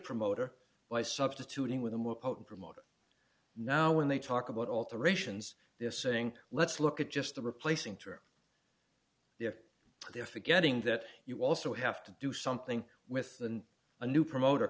promoter by substituting with a more potent promoter now when they talk about alterations they're saying let's look at just the replacing there they're forgetting that you also have to do something with a new promoter